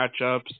matchups